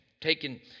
taken